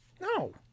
No